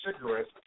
cigarettes